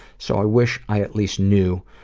so i wish i at least knew,